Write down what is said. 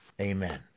Amen